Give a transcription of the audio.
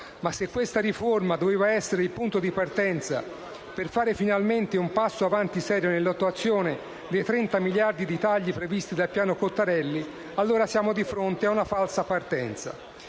Ma se questa riforma doveva essere il punto di partenza per fare finalmente un passo avanti serio nell'attuazione dei 30 miliardi di tagli previsti dal piano Cottarelli, allora siamo di fronte ad una falsa partenza.